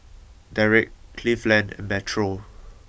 Derrick Cleveland and Metro